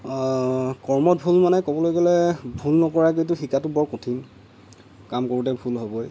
কৰ্মত ভুল মানে ক'বলৈ গ'লে ভুল নকৰাকেতো শিকাতো বৰ কঠিন কাম কৰোঁতে ভুল হ'বই